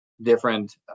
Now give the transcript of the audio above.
different